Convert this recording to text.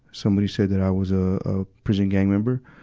somebody said that i was a, a prison gang member,